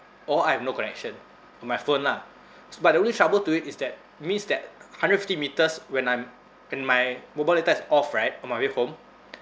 or I have no connection on my phone lah but the only trouble to it is that means that hundred fifty metres when I'm when my mobile data is off right on my way home